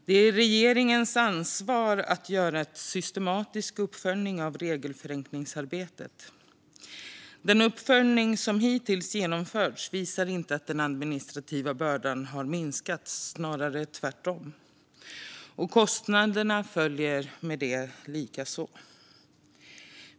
Det är regeringens ansvar att göra en systematisk uppföljning av regelförenklingsarbetet. Den uppföljning som hittills genomförts visar inte att den administrativa bördan har minskat, snarare tvärtom. Med detta följer kostnaderna.